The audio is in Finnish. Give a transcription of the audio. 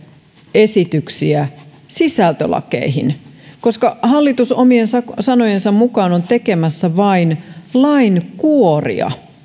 esityksiä sisältölakeihin koska hallitus omien sanojensa mukaan on tekemässä vain lain kuoria